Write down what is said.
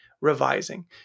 revising